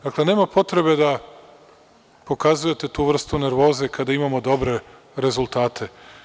Dakle, nema potrebe da pokazujete tu vrstu nervoze kada imamo dobre rezultate.